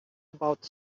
about